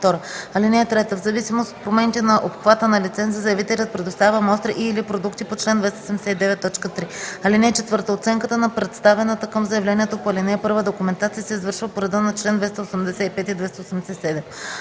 ал. 2. (3) В зависимост от промените на обхвата на лиценза заявителят предоставя мостри и/или продукти по чл. 279, т. 3. (4) Оценката на представената към заявлението по ал. 1 документация се извършва по реда на чл. 285 и 287.